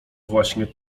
właśnie